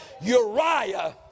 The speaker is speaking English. Uriah